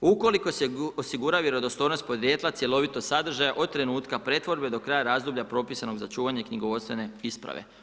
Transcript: Ukoliko se osigura vjerodostojnost podrijetla, cjelovitost sadržaja od trenutka pretvorbe do kraja razdoblja propisanog za čuvanje knjigovodstvene isprave.